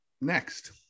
next